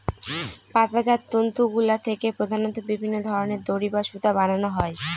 পাতাজাত তন্তুগুলা থেকে প্রধানত বিভিন্ন ধরনের দড়ি বা সুতা বানানো হয়